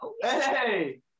hey